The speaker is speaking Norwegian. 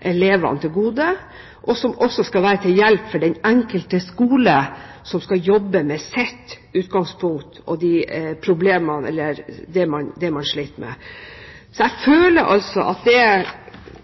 elevene til gode, og som også skal være til hjelp for den enkelte skole som skal jobbe med sitt utgangspunkt, og det man sliter med. Så jeg føler at